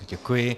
Děkuji.